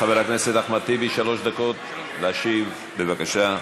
חבר הכנסת אחמד טיבי, שלוש דקות להשיב, בבקשה.